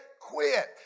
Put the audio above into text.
quit